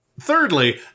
Thirdly